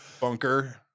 bunker